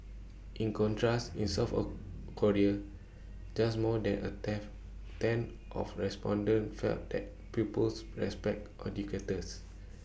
in contrast in south Korea just more than A tenth of respondents felt that pupils respect educators